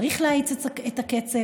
צריך להאיץ את הקצב,